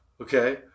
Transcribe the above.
okay